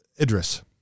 Idris